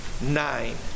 nine